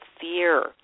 fear